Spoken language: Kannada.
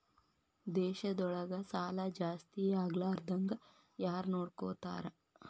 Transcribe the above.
ದೇಶದೊಳಗ ಸಾಲಾ ಜಾಸ್ತಿಯಾಗ್ಲಾರ್ದಂಗ್ ಯಾರ್ನೊಡ್ಕೊತಾರ?